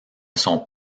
sont